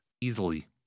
Easily